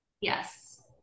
Yes